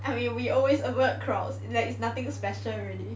and we we always avoid crowds it's like nothing special already